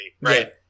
right